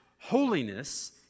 holiness